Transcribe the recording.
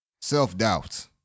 self-doubt